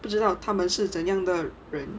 不知道他们是怎样的人